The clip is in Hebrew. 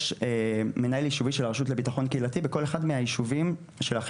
יש מנהל יישובי של הרשות לביטחון קהילתי